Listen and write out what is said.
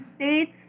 states